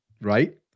Right